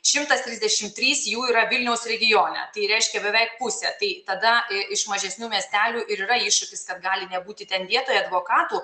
šimtas trisdešim trys jų yra vilniaus regione tai reiškia beveik pusė tai tada iš mažesnių miestelių ir yra iššūkis kad gali nebūti ten vietoj advokatų